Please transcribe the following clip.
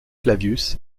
clavius